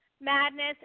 madness